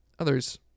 Others